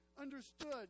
understood